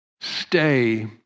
stay